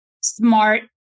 smart